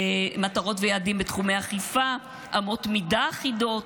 מטרות ויעדים בתחומי אכיפה, אמות מידה אחידות,